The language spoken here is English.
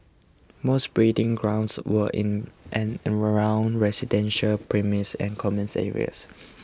most breeding grounds were in and around residential premises and common areas